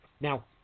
Now